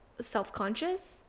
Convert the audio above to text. self-conscious